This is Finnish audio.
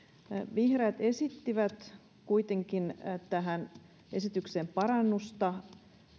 vihreät esittivät kuitenkin tähän esitykseen parannusta